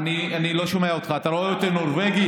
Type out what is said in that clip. אתה רואה אותי נורבגי?